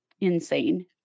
insane